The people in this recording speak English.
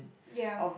ya